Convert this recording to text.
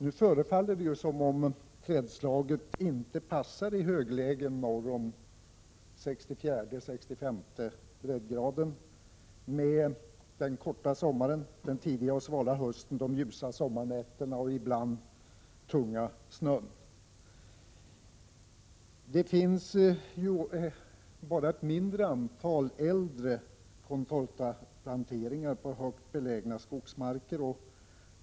Det förefaller nu som om trädslaget inte passar i höglägen norr om 64:e eller 65:e breddgraden. Den korta sommaren med ljusa nätter, den tidiga och svala hösten och den ibland tunga snön under vintern ställer till problem. Det finns bara ett mindre antal äldre contortaplanteringar på högt belägna skogsmarker.